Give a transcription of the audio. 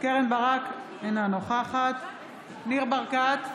קרן ברק, אינה נוכחת ניר ברקת,